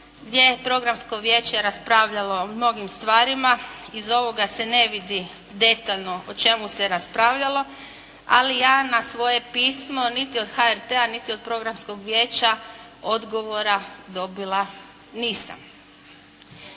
gdje je Programsko vijeće raspravljalo o mnogim stvarima. Iz ovoga se ne vidi detaljno o čemu se raspravljalo, ali ja na svoje pismo niti od HRT-a, niti od Programskog vijeća odgovora dobila nisam.